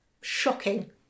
Shocking